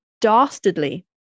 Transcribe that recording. dastardly